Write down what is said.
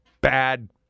bad